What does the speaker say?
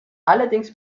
allerdings